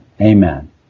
Amen